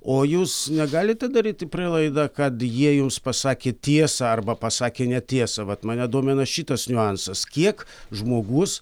o jūs negalite daryti prielaidą kad jie jums pasakė tiesą arba pasakė netiesą vat mane domina šitas niuansas kiek žmogus